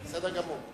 בסדר גמור.